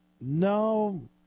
No